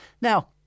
Now